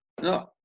No